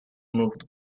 moved